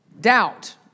Doubt